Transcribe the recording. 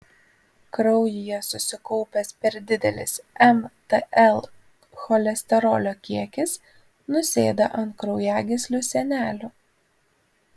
kraujyje susikaupęs per didelis mtl cholesterolio kiekis nusėda ant kraujagyslių sienelių